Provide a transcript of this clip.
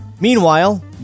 Meanwhile